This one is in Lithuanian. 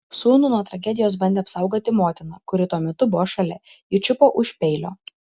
sūnų nuo tragedijos bandė apsaugoti motina kuri tuo metu buvo šalia ji čiupo už peilio